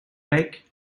back